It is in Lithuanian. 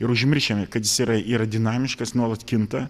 ir užmiršę kad jisai yra yra dinamiškas nuolat kinta